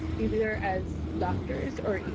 either as doctors or